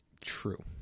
True